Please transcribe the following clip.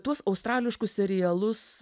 tuos australiškus serialus